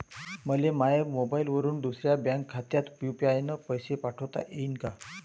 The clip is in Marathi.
मले माह्या मोबाईलवरून दुसऱ्या बँक खात्यात यू.पी.आय न पैसे पाठोता येईन काय?